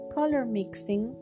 color-mixing